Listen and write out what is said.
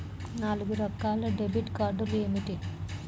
నాలుగు రకాల డెబిట్ కార్డులు ఏమిటి?